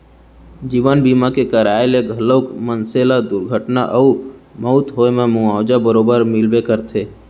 जीवन बीमा के कराय ले घलौक मनसे ल दुरघटना अउ मउत होए म मुवाजा बरोबर मिलबे करथे